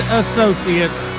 associates